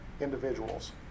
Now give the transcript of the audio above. individuals